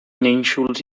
nínxols